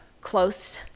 close